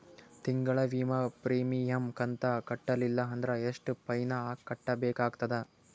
ತಿಂಗಳ ವಿಮಾ ಪ್ರೀಮಿಯಂ ಕಂತ ಕಟ್ಟಲಿಲ್ಲ ಅಂದ್ರ ಎಷ್ಟ ಫೈನ ಕಟ್ಟಬೇಕಾಗತದ?